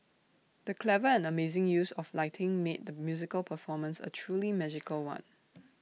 the clever and amazing use of lighting made the musical performance A truly magical one